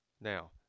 Now